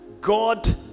God